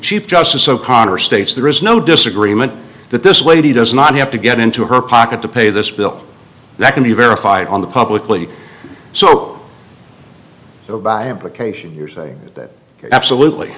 chief justice o'connor states there is no disagreement that this lady does not have to get into her pocket to pay this bill that can be verified on the publicly so so by implication here say that you're absolutely